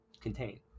Contain